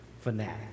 fanatic